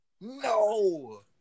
No